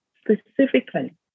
specifically